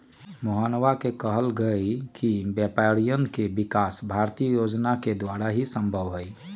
मोहनवा ने कहल कई कि व्यापारियन के विकास भारतीय योजना के द्वारा ही संभव हई